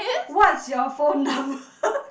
what's your phone number